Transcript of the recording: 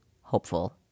hopeful